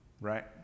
right